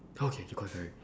okay correct correct